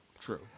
True